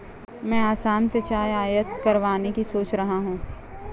मैं असम से चाय आयात करवाने की सोच रहा हूं